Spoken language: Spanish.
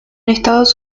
estados